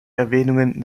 erwähnungen